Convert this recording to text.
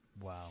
Wow